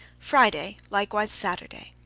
friday, likewise saturday.